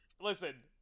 Listen